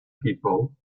people